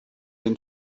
den